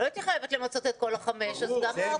לא הייתי חייבת למצות את כל חמש השעות.